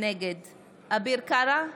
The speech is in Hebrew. נגד אביר קארה,